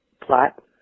plot